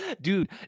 Dude